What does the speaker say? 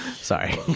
sorry